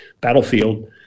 battlefield